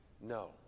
No